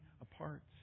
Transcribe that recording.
apart